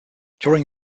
during